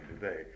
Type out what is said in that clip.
today